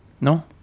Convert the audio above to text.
No